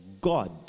God